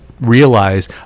realize